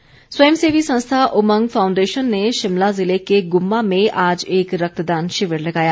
रक्तदान स्वयं सेवी संस्था उमंग फाउंडेशन ने शिमला जिले के गुम्मा में आज एक रक्तदान शिविर लगाया